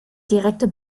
direkte